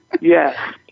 Yes